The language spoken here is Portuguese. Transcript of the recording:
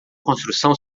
construção